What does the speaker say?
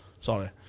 Sorry